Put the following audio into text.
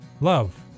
Love